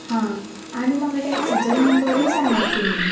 हा आनी म्हाका टॅक्सीचो नंबरय सांगात तुमी